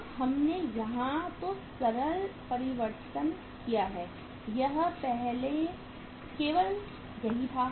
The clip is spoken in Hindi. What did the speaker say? अब हमने यहां जो सरल परिवर्तन किया है वह पहले केवल यही था